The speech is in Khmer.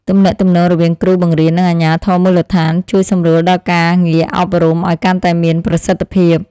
ទំនាក់ទំនងរវាងគ្រូបង្រៀននិងអាជ្ញាធរមូលដ្ឋានជួយសម្រួលដល់ការងារអប់រំឱ្យកាន់តែមានប្រសិទ្ធភាព។